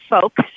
folks